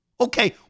Okay